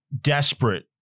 desperate